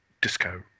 disco